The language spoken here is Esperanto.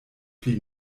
pli